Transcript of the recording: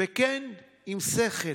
וכן, עם שכל.